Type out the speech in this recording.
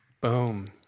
Boom